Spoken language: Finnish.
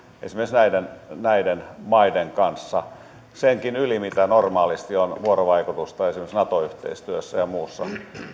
esimerkiksi näiden näiden maiden kanssa senkin yli mitä normaalisti on vuorovaikutusta esimerkiksi nato yhteistyössä ja muussa